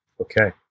Okay